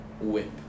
whip